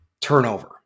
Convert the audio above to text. turnover